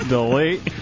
Delete